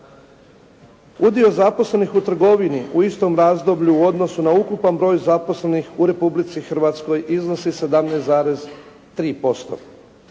Udio zaposlenih u trgovini u istom razdoblju u odnosu na ukupan broj zaposlenih u Republici Hrvatskoj iznosi 17,3%.